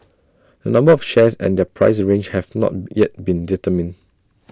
the number of shares and their price range have not yet been determined